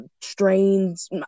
Strains